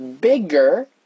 bigger